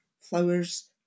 flowers